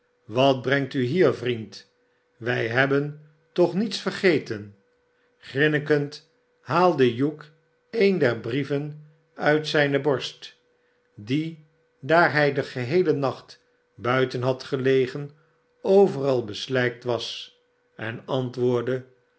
wat brengt u hier vriend wij hebben toch niets vergeten grinnekend haalde hugh een der brieven uit zijne borst die daar hij den geheelen nacht buiten had gelegen overal beslijkt was en antwoordde